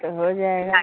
تو ہو جائے گا